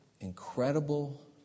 incredible